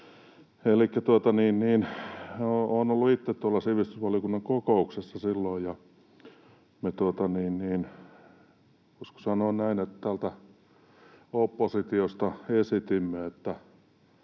olen ollut itse tuolla sivistysvaliokunnan kokouksessa silloin, ja me — voisiko sanoa näin, että täältä oppositiosta — esitimme,